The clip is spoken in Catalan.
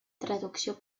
traducció